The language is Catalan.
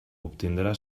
obtindrà